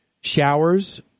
showers